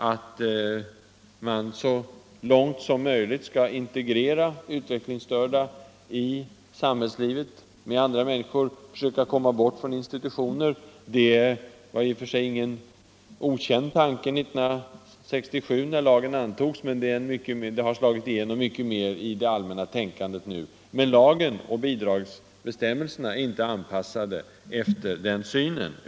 Att man så långt som möjligt skall integrera de utvecklingsstörda med andra människor i samhällslivet och försöka komma bort från institutioner var i och för sig ingen okänd tanke 1967 när lagen antogs, men den har nu slagit igenom mycket mer i det allmänna medvetandet. Lagen och bidragsbestämmelserna är dock inte anpassade till den synen.